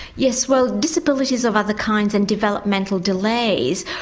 yes, well disabilities of other kinds and developmental delays,